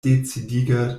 decidiga